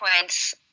points